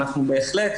בהחלט,